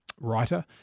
writer